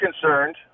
concerned